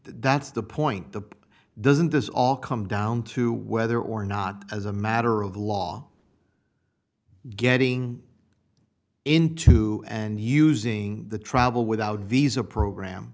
that's the point the doesn't this all come down to whether or not as a matter of law getting into and using the travel without visa program